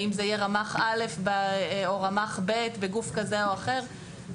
האם זה יהיה רמ"ח א' או רמ"ח ב' בגוף כזה או אחר,